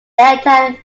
entire